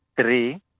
Three